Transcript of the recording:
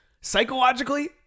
psychologically